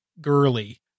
girly